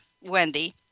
Wendy